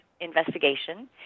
investigation